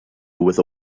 with